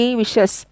wishes